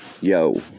Yo